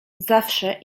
zawsze